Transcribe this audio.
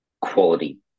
quality